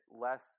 less